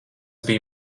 bija